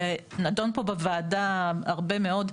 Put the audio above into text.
זה נדון פה בוועדה הרבה מאוד.